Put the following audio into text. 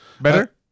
better